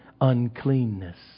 uncleanness